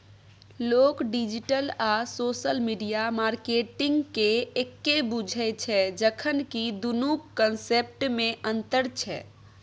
लोक डिजिटल आ social media मार्केटिंगकेँ एक्के बुझय छै जखन कि दुनुक कंसेप्टमे अंतर छै